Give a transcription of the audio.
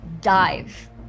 dive